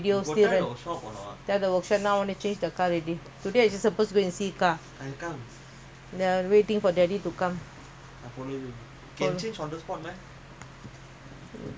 must see what car you gonna take lah because I still got uh uh balance